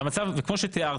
כמו שתיארתי.